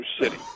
City